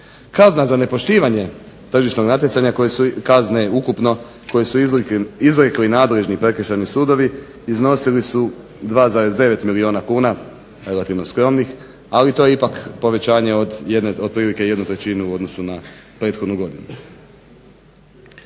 Kazna za nepoštivanje tržišnog natjecanja koje su izrekli nadležni prekršajni sudovi iznosili su 2,9 milijuna kuna, relativno skromnih ali to je ipak povećanje od otprilike 1/3 u odnosu na prethodnu godinu.